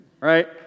right